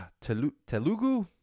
Telugu